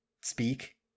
speak